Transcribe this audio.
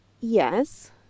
Yes